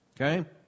Okay